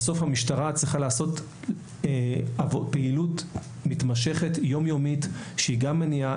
בסוף המשטרה צריכה לעשות פעילות מתמשכת יום יומית שהיא גם מניעה,